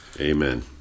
Amen